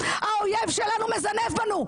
האויב שלנו מזנב בנו.